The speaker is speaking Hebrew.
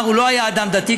הוא לא היה אדם דתי,